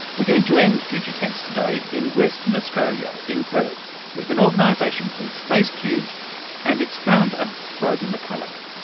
we're going to end future tense today in western australia in perth, with an organisation called spacecubed and its founder brodie mcculloch.